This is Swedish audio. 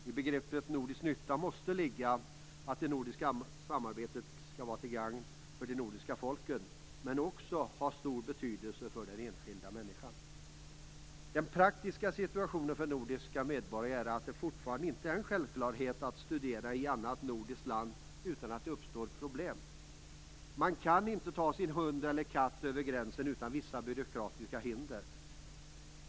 I "nordisk nytta" måste ligga att det nordiska samarbetet skall vara till gagn för de nordiska folken, liksom att det har stor betydelse för den enskilda människan. Situationen rent praktiskt för nordiska medborgare är den att det ännu inte är en självklarhet att man kan studera i ett annat nordiskt land utan att problem uppstår. Vidare kan man inte ta med sig sin hund eller katt över gränsen utan att stöta på vissa byråkratiska hinder.